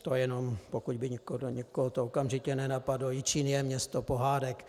To jenom pokud by to někoho okamžitě nenapadlo, Jičín je město pohádek.